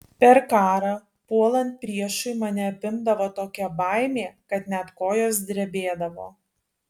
per karą puolant priešui mane apimdavo tokia baimė kad net kojos drebėdavo